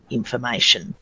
information